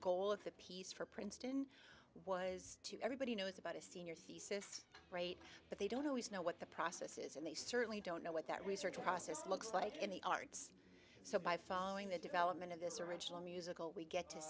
goal of the piece for princeton was to everybody knows about a senior thesis great but they don't always know what the process is and they certainly don't know what that research process looks like in the arts so by following the development of this original musical we get to